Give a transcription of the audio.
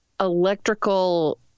electrical